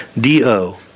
D-O